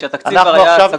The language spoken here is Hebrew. כשהתקציב כבר היה סגור בבסיס.